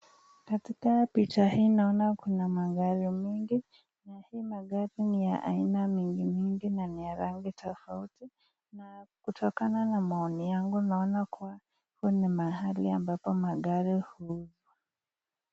Katika picha hii naona kuna magari mengi na hizi magari ni aina mingi mingi na ni ya rangi tofauti na kutokana na maoni yangu naona kuwa huku ni mahali ambapo magari uuzwa.